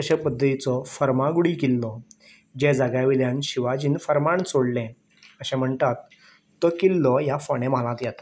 अशे पद्दतीचो फर्मागुडी किल्लो ज्या जाग्यावयल्यान शिवाजीन फर्माण सोडलें अशें म्हणटात तो किल्लो ह्या फोंडे म्हालांत येता